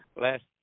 last